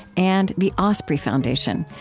and the osprey foundation,